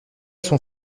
son